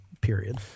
period